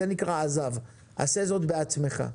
זה נקרא עז"ב, עשה זאת בעצמך.